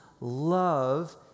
love